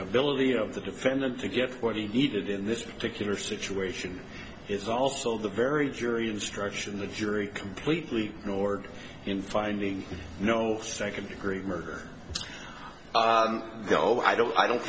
ability of the defendant to get what he needed in this particular situation is also the very jury instruction the jury completely ignored in finding no second degree murder no i don't i don't